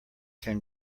can